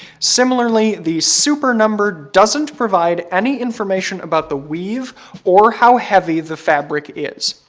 similarly, the super number doesn't provide any information about the weave or how heavy the fabric is.